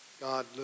God